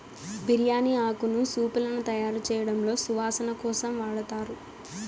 బిర్యాని ఆకును సూపులను తయారుచేయడంలో సువాసన కోసం వాడతారు